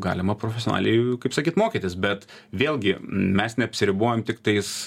galima profesionaliai kaip sakyt mokytis bet vėlgi mes neapsiribojam tiktais